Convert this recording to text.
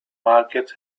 markets